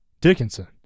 Dickinson